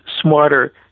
smarter